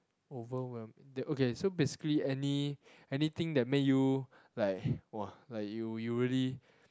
overwhelm th~ okay so basically any~ anything that made you like !wah! like you you really